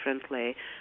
differently